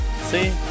See